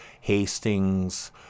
Hastings